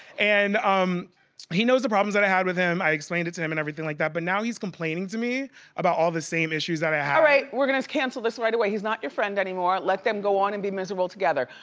and um he knows the problems that i had with him, i explained it to him and everything like that, but now he's complaining to me about all the same issues that i had. all right, we're gonna cancel this right away. he's not your friend anymore, let them go on and be miserable together.